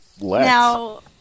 Now